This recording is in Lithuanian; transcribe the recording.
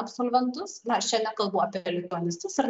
absolventus na aš čia nekalbu apie lituanistus ir